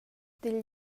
dil